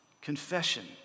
Confession